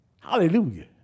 Hallelujah